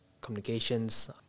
communications